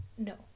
No